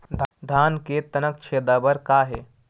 धान के तनक छेदा बर का हे?